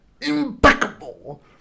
impeccable